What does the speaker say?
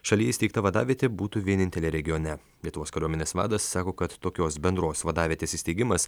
šalyje įsteigta vadavietė būtų vienintelė regione lietuvos kariuomenės vadas sako kad tokios bendros vadavietės įsteigimas